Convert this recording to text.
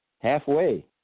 halfway